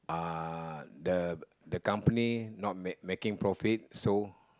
uh the the company not make making profit so